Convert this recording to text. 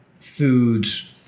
foods